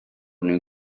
nhw